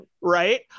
right